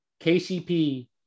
KCP